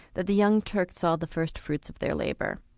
that the young turks saw the first fruits of their labour.